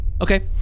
Okay